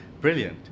brilliant